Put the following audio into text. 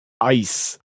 ice